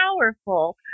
powerful